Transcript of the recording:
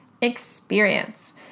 experience